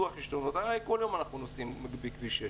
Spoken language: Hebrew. כל יום אנחנו נוסעים בכביש 6,